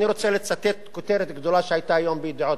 אני רוצה לצטט כותרת גדולה שהיתה היום ב"ידיעות